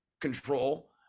control